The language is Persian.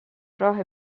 راه